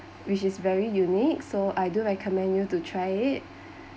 which is very unique so I do recommend you to try it